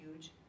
huge